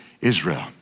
Israel